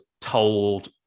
told